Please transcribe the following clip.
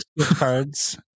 cards